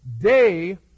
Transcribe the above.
day